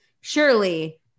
surely